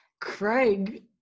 Craig